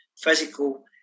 physical